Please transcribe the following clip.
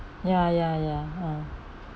ya ya ya ah